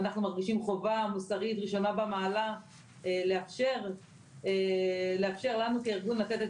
ואנחנו מרגישים חובה מוסרית ראשונה במעלה לאפשר לנו כארגון לתת את